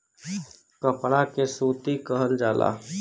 कपड़ा के सूती कहल जाला